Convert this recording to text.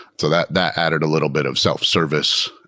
so that that added a little bit of self-service,